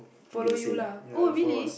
follow you lah oh really